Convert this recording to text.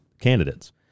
candidates